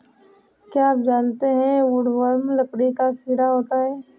क्या आप जानते है वुडवर्म लकड़ी का कीड़ा होता है?